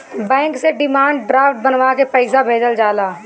bank से demand draft बनवा के पईसा भेजल जाला